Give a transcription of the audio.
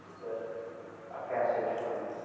with a passage from